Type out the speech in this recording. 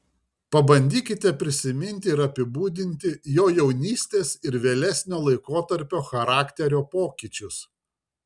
pabandykite prisiminti ir apibūdinti jo jaunystės ir vėlesnio laikotarpio charakterio pokyčius